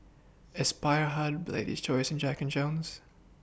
Aspire Hub Lady's Choice and Jack and Jones